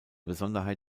besonderheit